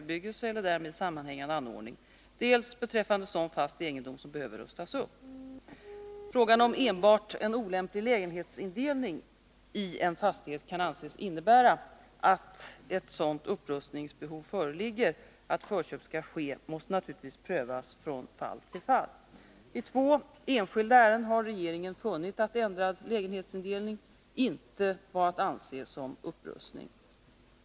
sådan fast egendom som behöver rustas upp. Frågan om enbart en olämplig lägenhetsindelning i en fastighet kan anses innebära att ett sådant upprustningsbehov föreligger att förköp kan ske måste naturligtvis prövas från fall till fall. I två enskilda ärenden har regeringen funnit att ändrad lägenhetsindelning inte var att anse som upprustning.